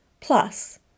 plus